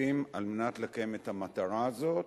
כספים כדי לקיים את המטרה הזאת,